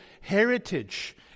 heritage